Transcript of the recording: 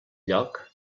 lloc